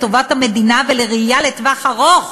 לטובת המדינה ולראייה לטווח ארוך